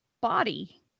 body